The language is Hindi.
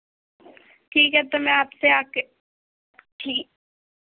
ठीक है तो मैं आपसे आकर ठीक